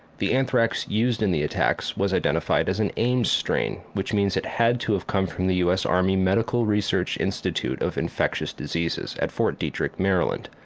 the anthrax used in the attacks was identified as an ames strain which means it had to have come from the us army medical research institute of infectious diseases at fort detrick maryland.